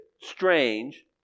strange